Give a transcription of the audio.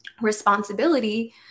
responsibility